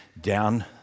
down